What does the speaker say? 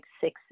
six